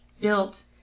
built